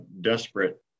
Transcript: desperate